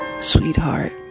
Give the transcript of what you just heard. sweetheart